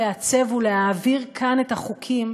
לעצב ולהעביר כאן את החוקים